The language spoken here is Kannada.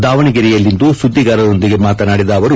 ದಾವಣಗೆರೆಯಲ್ಲಿಂದು ಸುದ್ದಿಗಾರರೊಂದಿಗೆ ಮಾತನಾಡಿದ ಅವರು